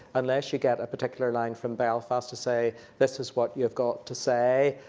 unless you get a particular line from belfast to say this is what you've got to say,